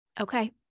Okay